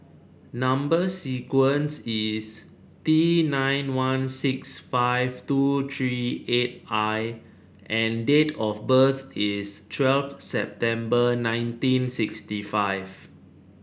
number sequence is T nine one six five two three eight I and date of birth is twelve September nineteen sixty five